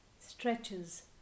stretches